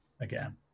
again